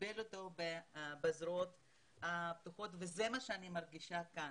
לקבל אותו בזרועות פתוחות וזה מה שאני מרגישה כאן.